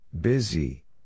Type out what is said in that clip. Busy